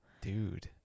Dude